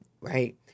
Right